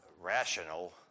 rational